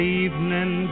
evening